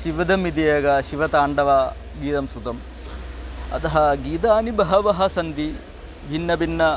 शिवदमिति एकं शिवताण्डवागीतं श्रुतम् अतः गीतानि बहवः सन्ति भिन्नभिन्न